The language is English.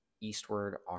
Eastward